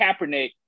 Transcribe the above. Kaepernick